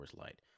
Light